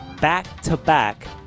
back-to-back